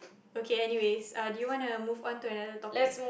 okay anyways do you wanna move on to another topic